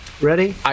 Ready